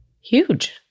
huge